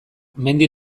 mendi